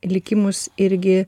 likimus irgi